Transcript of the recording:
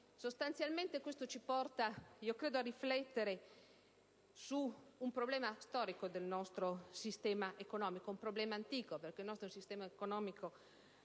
Questo ci porta a riflettere su un problema storico del nostro sistema economico, un problema antico, perché il nostro è un sistema economico che vede un